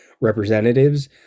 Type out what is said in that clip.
representatives